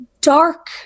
dark